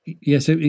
Yes